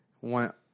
went